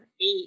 eight